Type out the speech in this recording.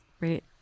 right